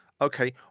okay